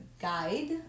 guide